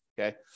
Okay